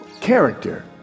Character